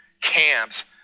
camps